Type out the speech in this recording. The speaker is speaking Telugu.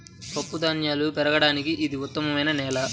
పప్పుధాన్యాలు పెరగడానికి ఇది ఉత్తమమైన నేల